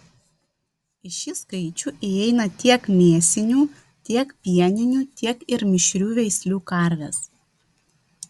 į šį skaičių įeina tiek mėsinių tiek pieninių tiek ir mišrių veislių karvės